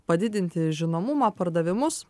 padidinti žinomumą pardavimus